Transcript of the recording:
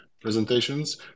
presentations